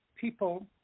people